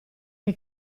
che